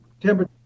temperature